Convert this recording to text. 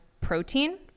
protein